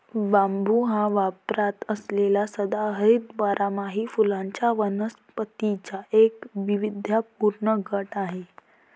बांबू हा वापरात असलेल्या सदाहरित बारमाही फुलांच्या वनस्पतींचा एक वैविध्यपूर्ण गट आहे